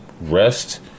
rest